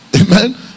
amen